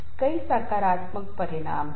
तो इसलिए कई व्यवहार मार्कर या तनाव के परिणाम हैं